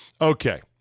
Okay